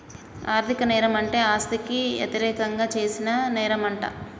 ఆర్ధిక నేరం అంటే ఆస్తికి యతిరేకంగా చేసిన నేరంమంట